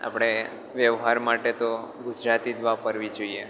આપણે વ્યવહાર માટે તો ગુજરાતી જ વાપરવી જોઈએ